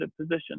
position